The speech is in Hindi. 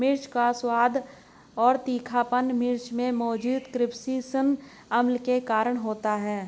मिर्च का स्वाद और तीखापन मिर्च में मौजूद कप्सिसिन अम्ल के कारण होता है